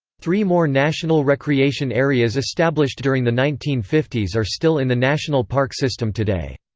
three more national recreation areas established during the nineteen fifty s are still in the national park system today.